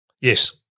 Yes